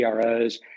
CROs